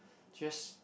just